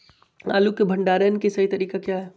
आलू के भंडारण के सही तरीका क्या है?